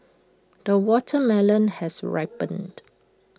the watermelon has ripened